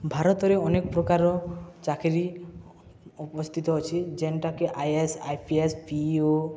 ଭାରତରେ ଅନେକ ପ୍ରକାରର ଚାକିରୀ ଉପସ୍ଥିତ ଅଛି ଯେନ୍ଟାକି I A S I P S P O